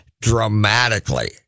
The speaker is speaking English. dramatically